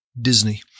Disney